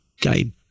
game